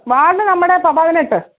ward നമ്മുടെ പതിനെട്ട്